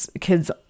kids